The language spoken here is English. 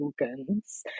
organs